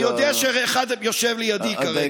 אני יודע שאחד יושב לידי כרגע.